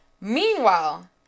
Meanwhile